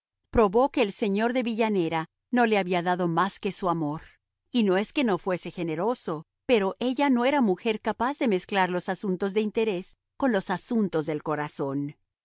probó que el señor de villanera no le había dado más que su amor y no es que no fuese generoso pero ella no era mujer capaz de mezclar los asuntos de interés con los asuntos del corazón